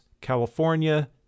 California